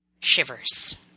Shivers